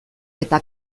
eta